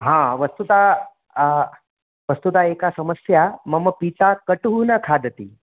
हा वस्तुतः वस्तुतः एका समस्या मम पिता कटुं न खादति